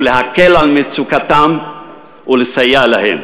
להקל את מצוקתם ולסייע להם.